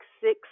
six